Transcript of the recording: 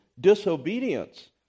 disobedience